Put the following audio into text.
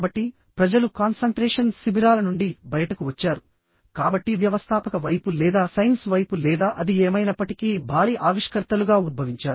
కాబట్టి ప్రజలు కాన్సంట్రేషన్ శిబిరాల నుండి బయటకు వచ్చారు కాబట్టి వ్యవస్థాపక వైపు లేదా సైన్స్ వైపు లేదా అది ఏమైనప్పటికీ భారీ ఆవిష్కర్తలుగా ఉద్భవించారు